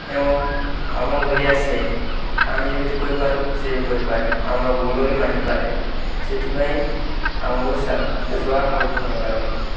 ଏବଂ ଆମ ଭଳିଆ ସେ ଆମେ ଯେମିତି କହିପାରୁ ସିଏ ବି କହିପାରେ ଆମର ବୋଲ ବି ମାନିପାରେ ସେଥିପାଇଁ ଆମକୁ ଶୁଆ ବହୁତ ଭଲଲାଗେ